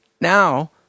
Now